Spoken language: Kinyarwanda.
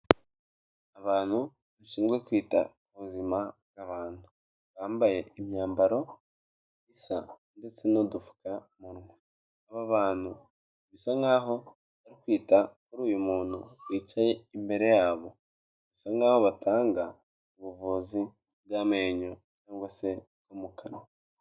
Abantu bashinzwe kwita ku buzima bw'abantu, bambaye imyambaro isa ndetse n'udupfukamunwa, aba bantu bisa nkaho bari kwita kuri uyu muntu wicaye imbere yabo, bisa nkaho batanga ubuvuzi bw'amenyo cyangwa se no mu kanwa.